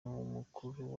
mukuru